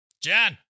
Jan